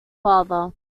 father